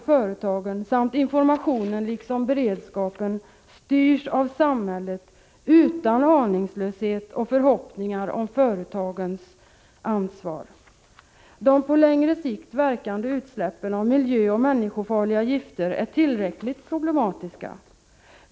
1985/86:31 informationen liksom beredskapen styrs av samhället utan aningslöshet och 20 november 1985 förhoppningar om företagens ansvar. De på längre sikt verkande utsläppen av miljöoch människofarliga gifter är tillräckligt problematiska.